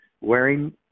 wearing